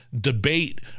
debate